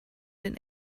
den